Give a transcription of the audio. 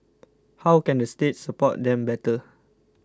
how can the state support them better